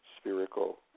spherical